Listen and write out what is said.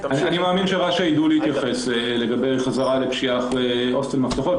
אני מאמין שרש"א ידעו להתייחס לגבי חזרה לפשיעה אחרי הוסטל משפחות,